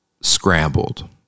scrambled